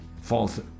false